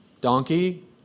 donkey